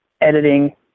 editing